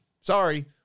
sorry